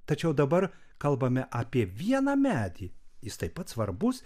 tačiau dabar kalbame apie vieną medį jis taip pat svarbus